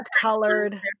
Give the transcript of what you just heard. colored